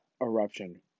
eruption